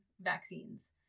vaccines